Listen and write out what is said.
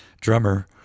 drummer